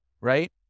right